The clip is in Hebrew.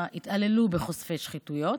שהתעללו בחושפי שחיתויות,